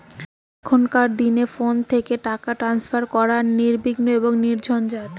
এখনকার দিনে ফোন থেকে টাকা ট্রান্সফার করা নির্বিঘ্ন এবং নির্ঝঞ্ঝাট